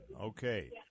Okay